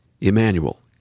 Emmanuel